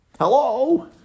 Hello